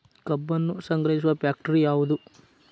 ಕಬ್ಬನ್ನು ಸಂಗ್ರಹಿಸುವ ಫ್ಯಾಕ್ಟರಿ ಯಾವದು?